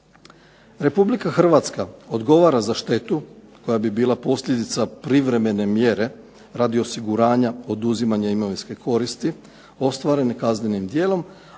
Republika Hrvatska odgovara za štetu koja bi bila posljedica privremene mjere radi osiguranja oduzimanja imovinske koristi ostvarene kaznenim djelom,